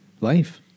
life